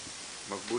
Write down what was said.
נסאר,